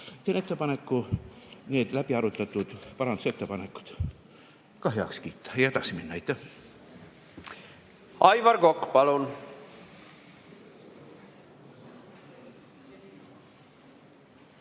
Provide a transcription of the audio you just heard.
Teen ettepaneku need läbi arutatud parandusettepanekud heaks kiita ja edasi minna. Aitäh! Aivar Kokk, palun!